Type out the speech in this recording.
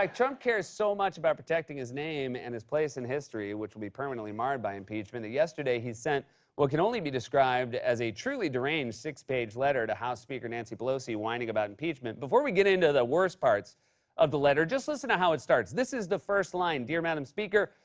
like trump cares so much about protecting his name and his place in history, which will be permanently marred by impeachment, that yesterday, he sent what can only be described as a truly deranged six-page letter to house speaker nancy pelosi whining about impeachment. before we get into the worst parts of the letter, just listen to how it starts. this is the first line dear madam speaker,